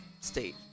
state